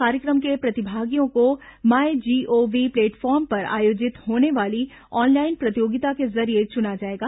कार्यक्रम के प्रतिभागियों को माय जीओवी प्लेटफॉर्म पर आयोजित होने वाली ऑनलाइन प्रतियोगिता के जरिये चुना जायेगा